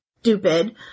stupid